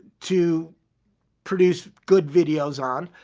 to produce good videos on,